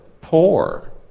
poor